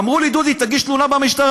אמרו לי: דודי, תגיש תלונה במשטרה.